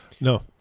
No